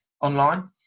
online